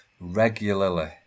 regularly